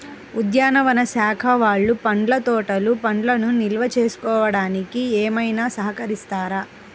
ఉద్యానవన శాఖ వాళ్ళు పండ్ల తోటలు పండ్లను నిల్వ చేసుకోవడానికి ఏమైనా సహకరిస్తారా?